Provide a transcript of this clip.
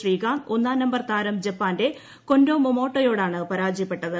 ശ്രീകാന്ത് ഒന്നാം നമ്പർ താരം ജപ്പാന്റെ കെന്റൊ മോമോടോയോടാണ് പരാജയപ്പെട്ടത്